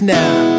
now